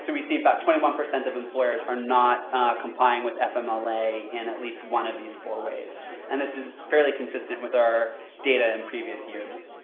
we see about twenty one percent of employers are not complying with fmla in at least one of these four ways and this is really consistent with our data in previous years.